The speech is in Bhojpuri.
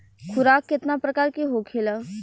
खुराक केतना प्रकार के होखेला?